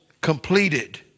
completed